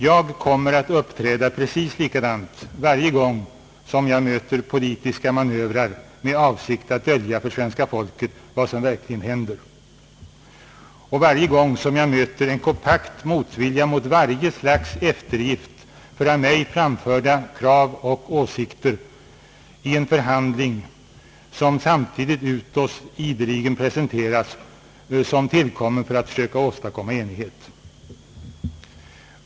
Jag kommer att uppträda precis likadant var gång jag möter politiska manövrer med avsikt att dölja för svenska folket vad som verkligen händer och var gång jag möter en kompakt motvilja mot varje slags eftergift för av mig framförda krav och åsikter i en förhandling som samtidigt utåt ideligen presenteras såsom tillkommen för att försöka åstadkomma enighet.